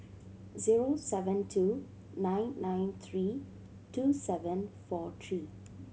zero seven two nine nine three two seven four three